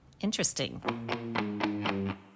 interesting